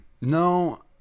No